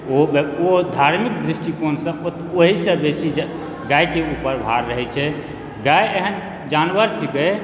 ओ धार्मिक दृष्टिकोणसँ ओते ओहिसँ बेसी गायके उपर भार रहै छै गाय एहन जानवर थीकै